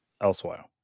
elsewhere